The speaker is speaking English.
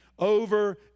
over